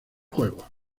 juegos